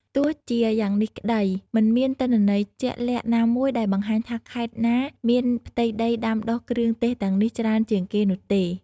ទោះជាយ៉ាងនេះក្តី មិនមានទិន្នន័យជាក់លាក់ណាមួយដែលបង្ហាញថាខេត្តណាមានផ្ទៃដីដាំដុះគ្រឿងទេសទាំងនេះច្រើនជាងគេនោះទេ។